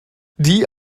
die